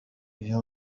uyu